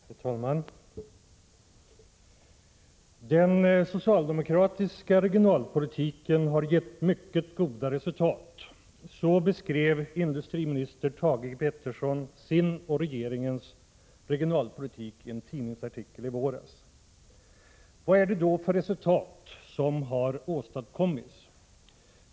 Herr talman! ”Den socialdemokratiska regionalpolitiken har gett mycket goda resultat.” Så beskrev industriminister Thage Peterson sin och regeringens regionalpolitik i en tidningsartikel i våras. Vad är det då för resultat som åstadkommits?